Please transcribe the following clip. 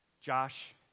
Josh